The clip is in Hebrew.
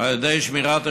על ידי שמירת השבת,